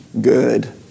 good